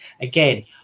again